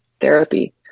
therapy